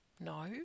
No